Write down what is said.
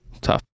tough